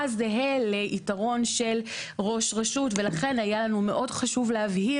זהה ליתרון של ראש רשות ולכן היה לנו מאוד חשוב להבהיר